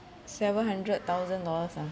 seven hundred thousand dollars ah